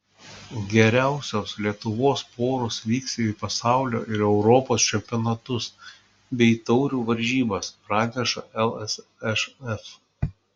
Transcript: geriausios lietuvos poros vyks į pasaulio ir europos čempionatus bei taurių varžybas praneša lsšf